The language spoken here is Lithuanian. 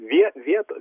vie vietos